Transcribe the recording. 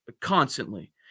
constantly